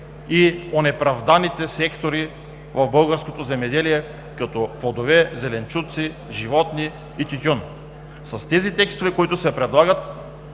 и онеправданите сектори в българското земеделие като плодове, зеленчуци, животни и тютюн. С тези тестове, които се предлагат